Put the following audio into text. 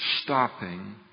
stopping